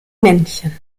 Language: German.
männchen